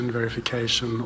verification